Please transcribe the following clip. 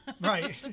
right